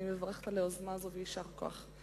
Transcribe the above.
אני מברכת על היוזמה הזאת ויישר כוח.